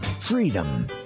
freedom